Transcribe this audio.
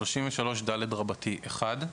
יבוא "33ד1,".